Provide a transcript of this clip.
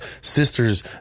sisters